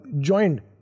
joined